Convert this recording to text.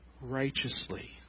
righteously